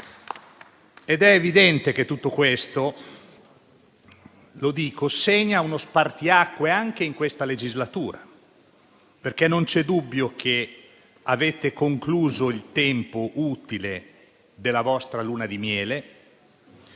È evidente che tutto questo segna uno spartiacque anche in questa legislatura, perché non c'è dubbio che avete concluso il tempo utile della vostra luna di miele;